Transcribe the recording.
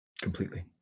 Completely